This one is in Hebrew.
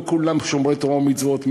לא כולם שומרי תורה ומצוות,